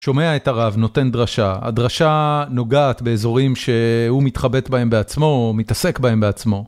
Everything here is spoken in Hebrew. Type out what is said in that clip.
שומע את הרב נותן דרשה, הדרשה נוגעת באזורים שהוא מתחבט בהם בעצמו, הוא מתעסק בהם בעצמו.